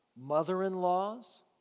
Mother-in-laws